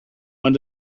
one